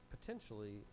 potentially